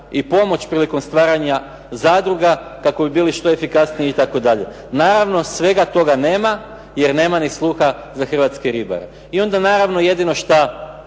i pomoć prilikom stvaranja zaliha kako bi bili što efikasniji itd. Naravno svega toga nema, jer nema ni sluha za Hrvatske ribare, i naravno jedino što